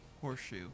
horseshoe